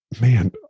Man